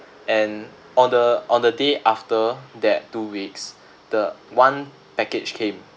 and on the on the day after that two weeks the one package came